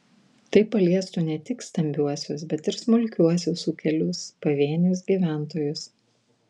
tai paliestų ne tik stambiuosius bet ir smulkiuosius ūkelius pavienius gyventojus